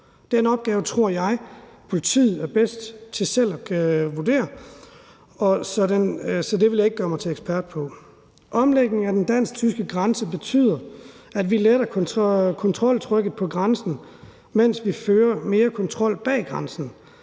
Den opgave tror jeg at politiet er bedst til selv at vurdere, så det vil jeg ikke gøre mig til ekspert på. Omlægningen af den dansk-tyske grænsekontrol betyder, at vi letter kontroltrykket på grænsen, mens vi fører mere kontrol bag grænsen,